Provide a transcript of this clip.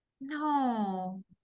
No